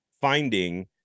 finding